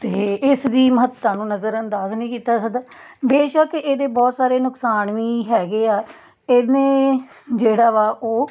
ਅਤੇ ਇਸ ਦੀ ਮਹੱਤਤਾ ਨੂੰ ਨਜ਼ਰਅੰਦਾਜ਼ ਨਹੀਂ ਕੀਤਾ ਜਾ ਸਕਦਾ ਬੇਸ਼ੱਕ ਇਹਦੇ ਬਹੁਤ ਸਾਰੇ ਨੁਕਸਾਨ ਵੀ ਹੈਗੇ ਆ ਇਹਨੇ ਜਿਹੜਾ ਵਾ ਉਹ